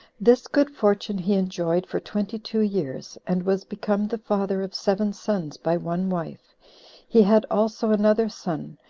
this good fortune he enjoyed for twenty-two years, and was become the father of seven sons by one wife he had also another son,